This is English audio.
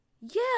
Yeah